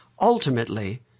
ultimately